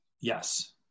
Yes